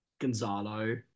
Gonzalo